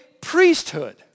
priesthood